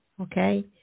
okay